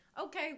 okay